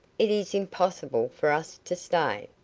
it is impossible for us to stay.